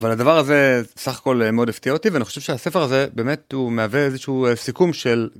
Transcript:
אבל הדבר הזה סך הכל מאוד הפתיע אותי ואני חושב שהספר הזה באמת הוא מהווה איזשהו סיכום של.